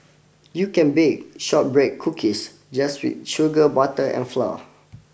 you can bake shortbread cookies just with sugar butter and flour